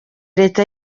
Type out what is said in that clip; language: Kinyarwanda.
leta